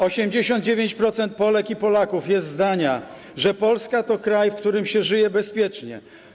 89% Polek i Polaków jest zdania, że Polska to kraj, w którym się żyje bezpiecznie.